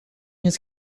his